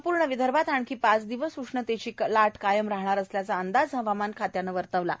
संपूर्ण विदर्भात आणखी पाच दिवस उष्णतेची लाट कायम राहणार असल्याचा अंदाज हवामान खात्यानं वर्तवला आहे